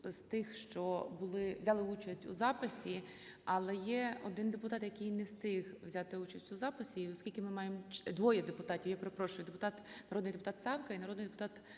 з тих, що взяли участь у записі, але є один депутат, який не встиг взяти участь у записі. І оскільки ми маємо… Двоє депутатів, я перепрошую. Народний депутат Савка і народний депутат